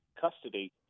custody